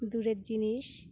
দূরের জিনিস